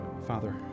Father